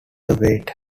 awaits